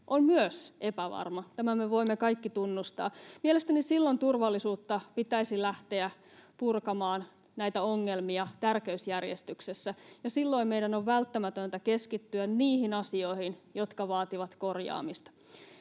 on myös epävarma — tämän me voimme kaikki tunnustaa — mielestäni turvallisuutta, näitä ongelmia, pitäisi lähteä purkamaan tärkeysjärjestyksessä, ja silloin meidän on välttämätöntä keskittyä niihin asioihin, jotka vaativat korjaamista.